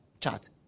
chat